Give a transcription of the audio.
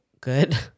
good